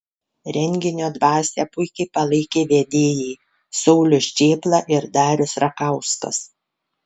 renginio dvasią puikiai palaikė vedėjai saulius čėpla ir darius rakauskas